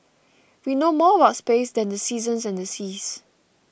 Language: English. we know more about space than the seasons and the seas